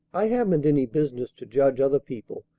i haven't any business to judge other people,